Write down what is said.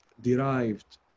derived